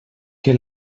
que